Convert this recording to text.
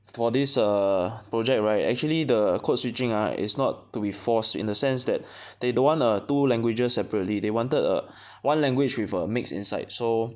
for this err project right actually the code switching ah is not to be forced in the sense that they don't want the two languages separately they wanted a one language with a mix inside so